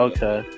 Okay